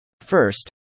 First